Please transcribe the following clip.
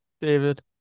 David